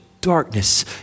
darkness